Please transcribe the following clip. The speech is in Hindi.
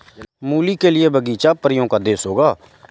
मूली के लिए बगीचा परियों का देश होगा